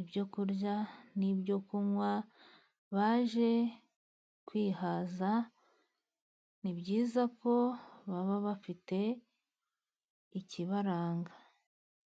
ibyo kurya n'ibyo kunywa baje kwihaza, ni byiza ko baba bafite ikibaranga.